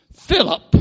Philip